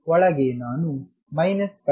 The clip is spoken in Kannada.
ಒಳಗೆ ನಾನು ಮೈನಸ್ ಪಡೆಯಲಿದ್ದೇನೆ